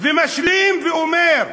ומשלים ואומר,